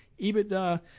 EBITDA